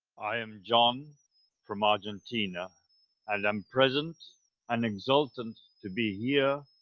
i am john from argentina and i'm present and exalted to be here,